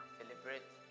celebrate